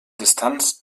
distanz